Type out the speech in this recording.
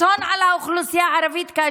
אסון לאוכלוסייה הערבית.